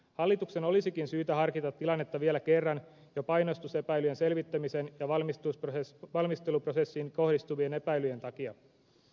hallituksen olisikin syytä harkita tilannetta vielä kerran jo painostusepäilyjen selvittämisen ja valmisteluprosessiin kohdistuvien epäilyjen takia